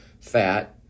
fat